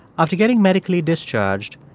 after getting medically discharged,